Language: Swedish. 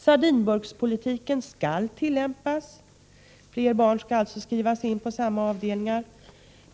Sardinburkspolitiken skall tillämpas, dvs. fler barn skall skrivas in på samma avdelningar.